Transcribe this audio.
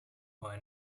why